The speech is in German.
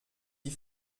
die